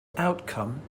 outcome